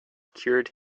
cured